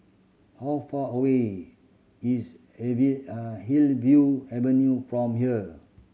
how far away is Hillview Avenue from here